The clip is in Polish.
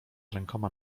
rękoma